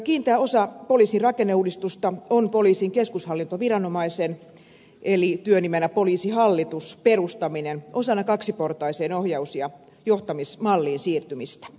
kiinteä osa poliisin rakenneuudistusta on poliisin keskushallintoviranomaisen eli työnimenä poliisihallitus perustaminen osana kaksiportaiseen ohjaus ja johtamismalliin siirtymistä